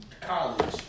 college